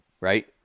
right